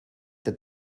that